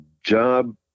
job